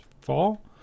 fall